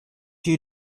you